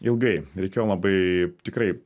ilgai reikėjo labai tikrai